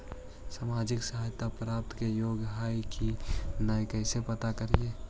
सामाजिक सहायता प्राप्त के योग्य हई कि नहीं कैसे पता करी?